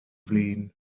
flin